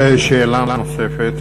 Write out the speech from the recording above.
שאלה נוספת.